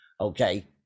Okay